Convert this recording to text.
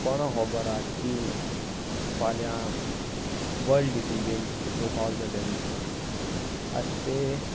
कोणा खबर आसा तीं फाल्यां वल्ड हितू गेम्स हितू पावले जाल्यारी आतां ते